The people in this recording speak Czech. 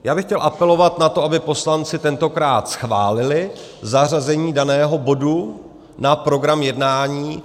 Já bych chtěl apelovat na to, aby poslanci tentokrát schválili zařazení daného bodu na program jednání.